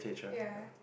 ya